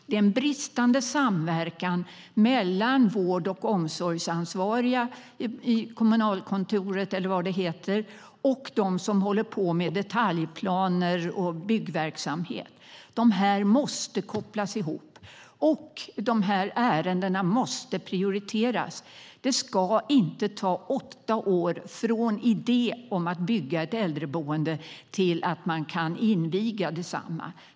Det är en bristande samverkan mellan vård och omsorgsansvariga på kommunalkontoret eller motsvarande och dem som håller på med detaljplaner och byggverksamhet. De måste kopplas ihop. Ärendena måste också prioriteras. Det ska inte ta åtta år från idé om att bygga ett äldreboende till att man kan inviga detsamma.